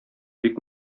бик